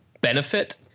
benefit